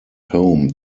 home